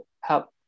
help